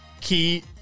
key